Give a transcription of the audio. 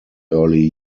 early